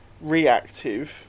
reactive